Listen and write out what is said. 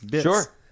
Sure